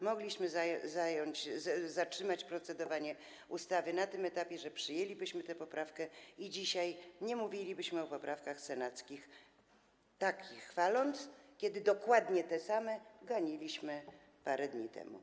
Mogliśmy zatrzymać procedowanie nad ustawą na tym etapie, przyjęlibyśmy tę poprawkę i dzisiaj nie mówilibyśmy o poprawkach senackich, tak je chwaląc, kiedy dokładnie te same ganiliśmy parę dni temu.